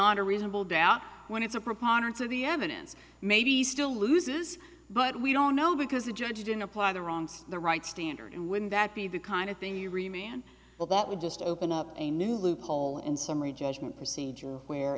beyond a reasonable doubt when it's a preponderance of the evidence maybe still loses but we don't know because the judge didn't apply the wrong to the right standard and wouldn't that be the kind of thing you remain well that would just open up a new loophole in summary judgment procedure where